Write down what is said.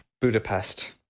Budapest